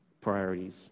priorities